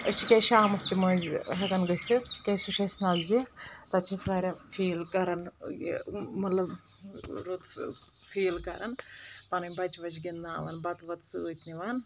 اسۍ چھ کیا شامس تہِ منزۍ ہیکان گژھتھ کیازِ سُہ چھ اسۍ نزدیک تتہِ چھ اسۍ واریاہ فیٖل کران مطلب رُت فیٖل کران پَنِنۍ بچہ وچہ گنِدناوان بتہٕ وتہ سۭتۍ نوان